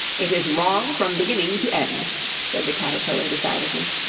it is wrong from beginning to end said the caterpillar decidedly,